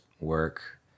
work